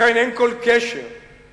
לכן אין כל קשר בין